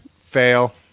Fail